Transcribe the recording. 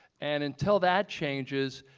and until that changes,